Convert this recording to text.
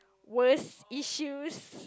worse issues